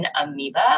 amoeba